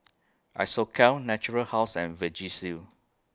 Isocal Natura House and Vagisil